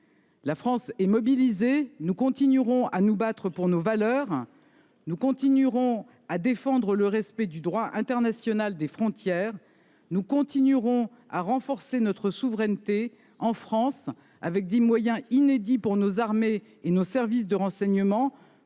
La France est mobilisée. Nous continuerons à nous battre pour nos valeurs. Nous continuerons à défendre le respect du droit international des frontières. Nous continuerons à renforcer notre souveraineté, en France, avec des moyens inédits pour nos armées et nos services de renseignement,